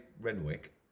Renwick